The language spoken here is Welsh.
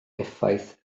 effaith